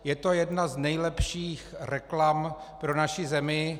Je to jedna z nejlepších reklam pro naši zemi.